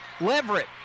Leverett